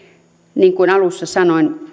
niin kuin alussa sanoin